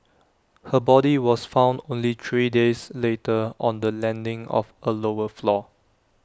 her body was found only three days later on the landing of A lower floor